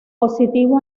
positivo